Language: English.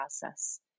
process